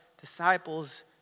disciples